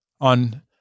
on